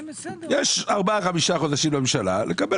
יש 4, 5 חודשים לממשלה לקבל